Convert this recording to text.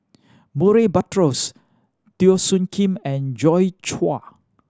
Murray Buttrose Teo Soon Kim and Joi Chua